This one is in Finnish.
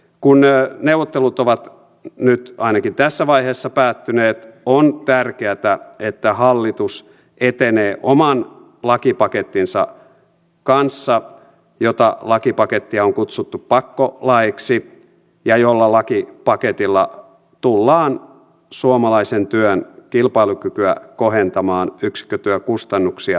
kun neuvottelut ovat nyt ainakin tässä vaiheessa päättyneet on tärkeätä että hallitus etenee oman lakipakettinsa kanssa jota lakipakettia on kutsuttu pakkolaeiksi ja jolla lakipaketilla tullaan suomalaisen työn kilpailukykyä kohentamaan yksikkötyökustannuksia pienentämällä